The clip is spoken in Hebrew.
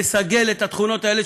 לסגל את התכונות האלה,